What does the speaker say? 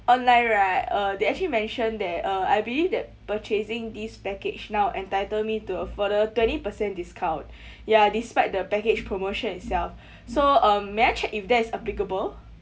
online right uh they actually mention that uh I believe that purchasing this package now entitle me to a further twenty percent discount ya despite the package promotion itself so um may I check if that is applicable